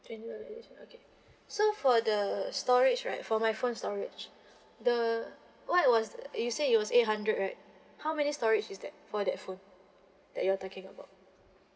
twenty dollars okay so for the storage right for my phone storage the what was you said it was eight hundred right how many storage is that for that phone that you're talking about